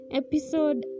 episode